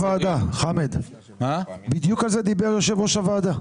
חמד, בדיוק על זה דיבר יושב-ראש הוועדה.